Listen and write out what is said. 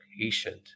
patient